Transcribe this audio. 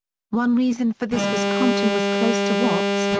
one reason for this was compton was close to watts,